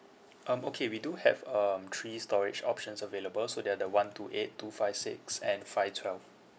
um okay we do have um three storage options available so they are the one two eight two five six and five twelve